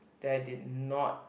that I did not